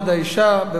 בבקשה.